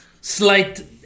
slight